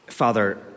Father